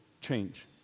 change